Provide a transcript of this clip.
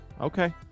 Okay